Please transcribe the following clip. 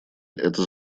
это